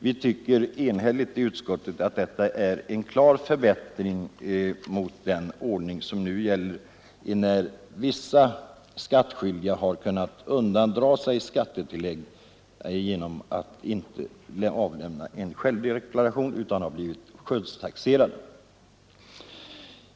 Vi tycker enhälligt inom utskottet att detta är en klar förbättring i förhållande till nu gällande ordning, enär vissa skattskyldiga har kunnat undandra sig skattetillägg genom att inte avlämna en självdeklaration utan blivit skönstaxerade.